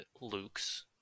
luke's